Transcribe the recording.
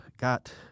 got